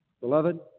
Beloved